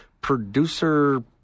Producer